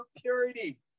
purity